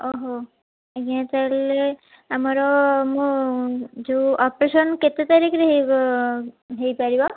ଓହୋ ଆଜ୍ଞା ତାହେଲେ ଆମର ମୁଁ ଯେଉଁ ଅପରେସନ୍ କେତେ ତାରିଖରେ ହେଇ ହେଇପାରିବ